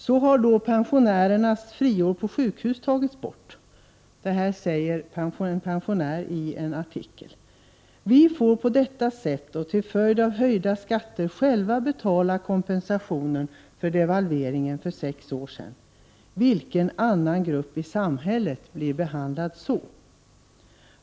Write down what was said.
Så har då pensionärernas friår på sjukhus tagits bort.” ”Vi får på detta sätt och till följd av höjda skatter själva betala kompensationen för devalveringen för sex år sedan. Vilken annan grupp i samhället blir behandlad så?